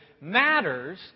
matters